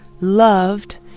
loved